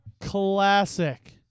Classic